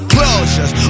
Closures